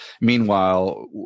meanwhile